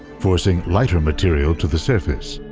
forcing lighter material to the surface.